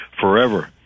forever